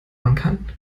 man